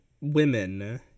women